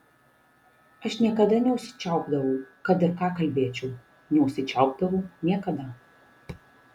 aš niekada neužsičiaupdavau kad ir ką kalbėčiau neužsičiaupdavau niekada